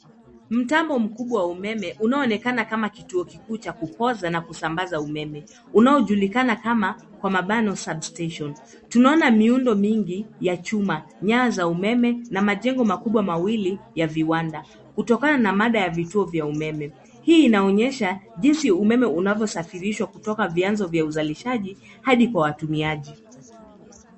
Mtambo mkubwa wa umeme unaoonekana kama kituo kikuu cha kupoza na kusambaza umeme unaojulikana kama substation , tunaona miundo mingi ya chuma, nyaza, umeme, na majengo makubwa mawili ya viwanda. kutokana na mada ya vituo vya umeme. Hii inaonyesha jinsi umeme unaposafirisho kutoka vianzo vya uzalishaji hadi kwa watumiaji.